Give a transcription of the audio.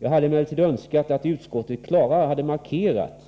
Jag hade emellertid önskat att utskottet klarare hade markerat